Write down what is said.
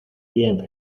bien